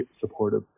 supportive